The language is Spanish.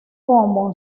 como